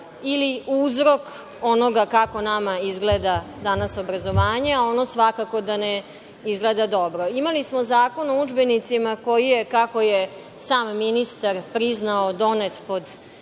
ili uzrok onoga kako nama danas izgleda obrazovanje, a ono svakako da ne izgleda dobro. Imali smo Zakon o udžbenicima koji je, kako je sam ministar priznao, donet pod